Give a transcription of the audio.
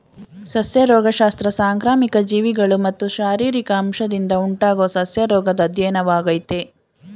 ಸಸ್ಯ ರೋಗಶಾಸ್ತ್ರ ಸಾಂಕ್ರಾಮಿಕ ಜೀವಿಗಳು ಮತ್ತು ಶಾರೀರಿಕ ಅಂಶದಿಂದ ಉಂಟಾಗೊ ಸಸ್ಯರೋಗದ್ ಅಧ್ಯಯನವಾಗಯ್ತೆ